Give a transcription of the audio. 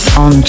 on